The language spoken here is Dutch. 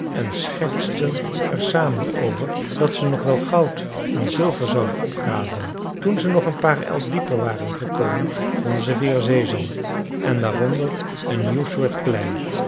en schertsten er samen over dat ze nog wel goud en zilver zouden opgraven toen ze nog een paar el dieper waren gekomen vonden ze weer zeezand en daaronder een nieuw soort klei